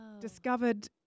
discovered